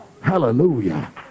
Hallelujah